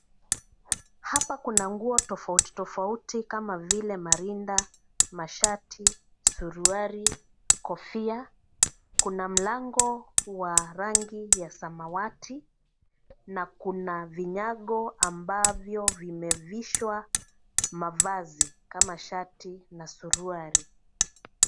Hapa kuna nguo tofauti tofauti kama vile marinda, mashati, suruali, kofia. Kuna mlango wa rangi ya samawati na kuna vinyago ambavyo vimevishwa mavazi kama shati na suruali.